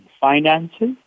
finances